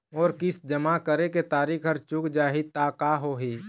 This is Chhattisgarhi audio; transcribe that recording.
मोर किस्त जमा करे के तारीक हर चूक जाही ता का होही?